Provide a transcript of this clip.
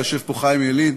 יושב פה חיים ילין,